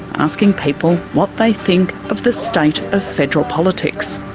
asking people what they think of the state of federal politics.